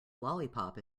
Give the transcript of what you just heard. lollipop